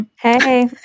Hey